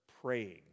praying